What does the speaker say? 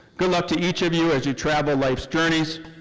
good luck to each of you as you travel life's journeys.